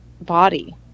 body